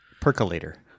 Percolator